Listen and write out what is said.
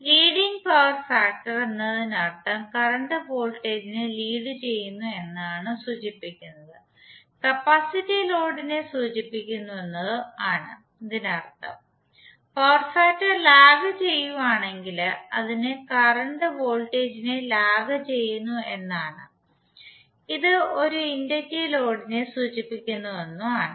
leading power factor എന്നതിനർത്ഥം current voltage ഇനെ lead ചെയ്യുന്നു എന്നാണ് സൂചിപ്പിക്കുന്നത് കപ്പാസിറ്റീവ് ലോഡിനെ സൂചിപ്പിക്കുന്നുവെന്നും ആണ് അതിനർത്ഥം പവർ ഫാക്ടർ ലാഗ് ചെയ്യുവാനെങ്കിൽ അതിന് കറന്റ് വോൾടേജ് ഇനെ ലാഗ് ചെയ്യുന്നു എന്നാണ് ഇത് ഒരു ഇൻഡക്റ്റീവ് ലോഡിനെ സൂചിപ്പിക്കുന്നുവെന്നും ആണ്